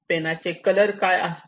पेनाचे colour काय काय असतात